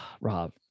rob